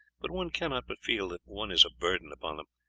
but one cannot but feel that one is a burden upon them.